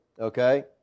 Okay